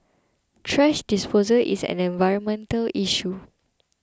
thrash disposal is an environmental issue